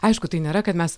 aišku tai nėra kad mes